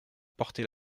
porter